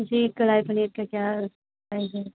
जी कढ़ाई पनीर का क्या प्राइज़ है